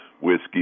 whiskey